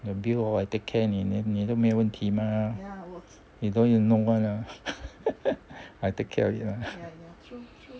the bill orh I take care 你 then 你都没问题 mah you don't you don't want lah I take care of it lah